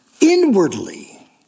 inwardly